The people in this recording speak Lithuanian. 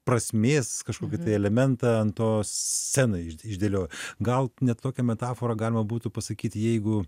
prasmės kažkokį elementą ant to sceną iš išdėlioja gal net tokią metaforą galima būtų pasakyt jeigu